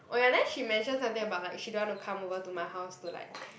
oh ya then she mention something about like she don't want to come over to my house to like